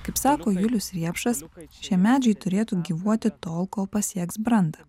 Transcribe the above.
kaip sako julius riepšas šie medžiai turėtų gyvuoti tol kol pasieks brandą